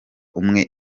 umwe